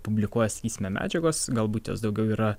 publikuoja sakysime medžiagos galbūt jos daugiau yra